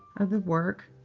of the work.